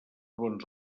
bons